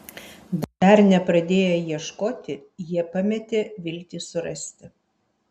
dar nepradėję ieškoti jie pametė viltį surasti